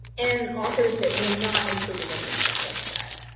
and authors that were not included in this data set.